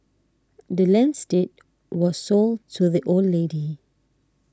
the land's deed was sold to the old lady